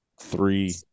three